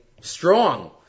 strong